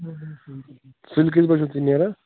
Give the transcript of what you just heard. سُلہِ کٔژِ بجہِ چھُو تُہۍ نیران